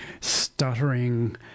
stuttering